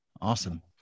Awesome